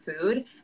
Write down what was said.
food